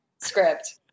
Script